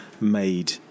made